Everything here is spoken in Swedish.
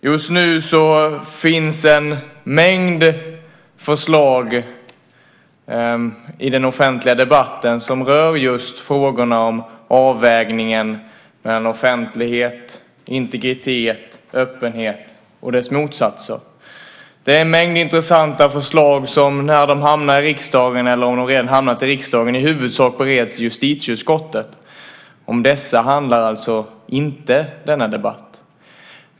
Just nu finns en mängd förslag i den offentliga debatten som rör just frågorna om avvägningen mellan offentlighet, integritet, öppenhet och deras motsatser. Det är en mängd intressanta förslag som när de hamnar i riksdagen eller om de redan hamnat i riksdagen i huvudsak bereds i justitieutskottet. Om dessa handlar alltså inte denna debatt.